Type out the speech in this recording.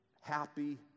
happy